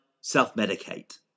self-medicate